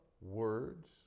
words